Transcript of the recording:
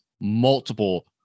multiple